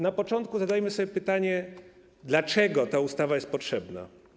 Na początku zadajmy sobie pytanie, dlaczego ta ustawa jest potrzebna.